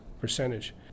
percentage